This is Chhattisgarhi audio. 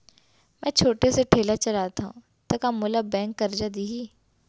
मैं छोटे से ठेला चलाथव त का मोला बैंक करजा दिही?